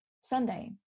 sunday